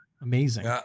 Amazing